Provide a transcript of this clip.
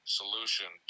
solution